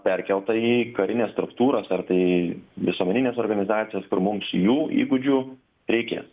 perkelta į karines struktūras ar tai visuomeninės organizacijos kur mums jų įgūdžių reikės